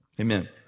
amen